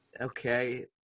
Okay